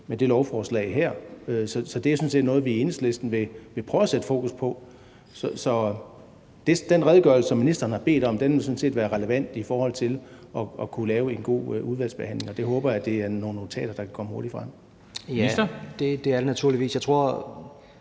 med det her lovforslag. Så det er jo noget, vi i Enhedslisten vil prøve at sætte fokus på. Så den redegørelse, som ministeren har bedt om, vil sådan set være relevant i forhold til at kunne lave en god udvalgsbehandling, og jeg håber, det er nogle notater, der kan komme hurtigt frem. Kl. 14:25 Formanden (Henrik